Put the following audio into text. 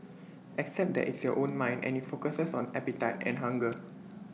except that it's your own mind and IT focuses on appetite and hunger